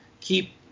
keep